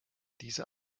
dieser